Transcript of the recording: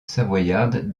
savoyarde